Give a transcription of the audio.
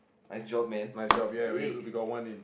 nice job man yay